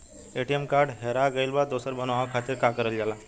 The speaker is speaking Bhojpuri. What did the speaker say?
ए.टी.एम कार्ड हेरा गइल पर दोसर बनवावे खातिर का करल जाला?